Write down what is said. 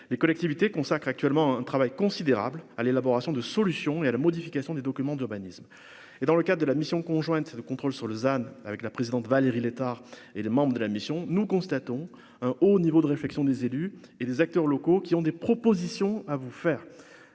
les collectivités consacre actuellement un travail considérable à l'élaboration de solutions et à la modification des documents d'urbanisme et dans le cadre de la mission conjointe de contrôle sur Lausanne avec la présidente Valérie Létard et les membres de la mission, nous constatons un au niveau de réflexion des élus et des acteurs locaux qui ont des propositions à vous faire